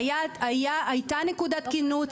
הייתה נקודת כינוס,